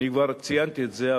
אני כבר ציינתי את זה,